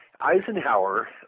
Eisenhower